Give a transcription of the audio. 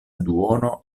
duono